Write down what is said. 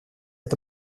это